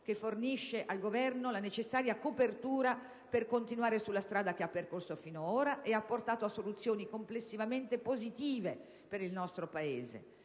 che fornisce al Governo la necessaria copertura per continuare sulla strada che ha percorso fino ad ora e ha portato a soluzioni complessivamente positive per il nostro Paese,